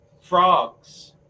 frogs